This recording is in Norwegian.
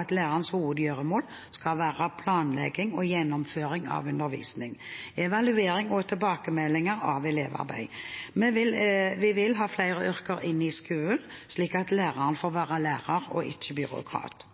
at lærerens hovedgjøremål skal være planlegging og gjennomføring av undervisning, evaluering og tilbakemeldinger av elevarbeid. Vi vil ha flere yrker inn i skolen, slik at læreren får være lærer, ikke byråkrat.